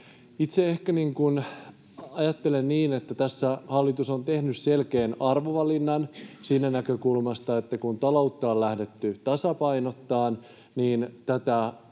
Itse ehkä ajattelen, että tässä hallitus on tehnyt selkeän arvovalinnan siitä näkökulmasta, että kun taloutta on lähdetty tasapainottamaan, niin näitä